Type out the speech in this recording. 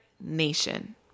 nation